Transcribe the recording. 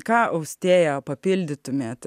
ką austėja papildytumėt